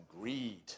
greed